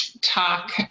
talk